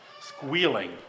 squealing